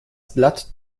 blatt